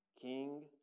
King